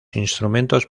instrumentos